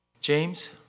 James